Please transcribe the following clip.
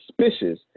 suspicious